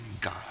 God